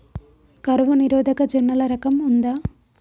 కరువు నిరోధక జొన్నల రకం ఉందా?